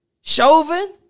Chauvin